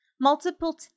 multiple